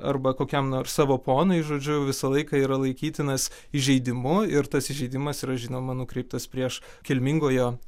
arba kokiam nors savo ponui žodžiu visą laiką yra laikytinas įžeidimu ir tas įžeidimas yra žinoma nukreiptas prieš kilmingojo